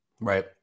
Right